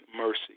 mercy